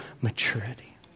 maturity